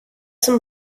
some